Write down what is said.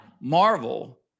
marvel